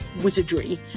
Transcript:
wizardry